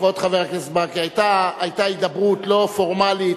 כבוד חבר הכנסת ברכה, היתה הידברות לא פורמלית.